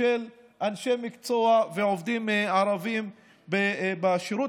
של אנשי מקצוע ועובדים ערבים בשירות